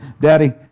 Daddy